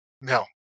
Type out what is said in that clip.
No